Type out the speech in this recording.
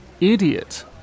idiot